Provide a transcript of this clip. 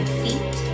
feet